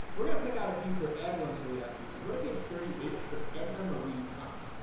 we're gonna pick out a few for everyone to react to, so go to page thirty eight for edna marie hunt.